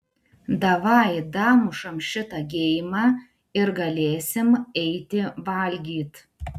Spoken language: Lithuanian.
davai damušam šitą geimą ir galėsim eiti valgyt